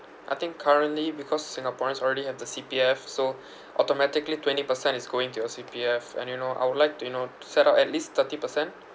I think currently because singaporeans already have the C_P_F so automatically twenty percent is going to your C_P_F and you know I would like you know set up at least thirty percent